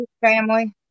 family